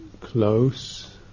close